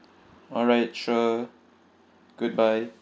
alright sure good bye